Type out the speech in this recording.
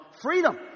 freedom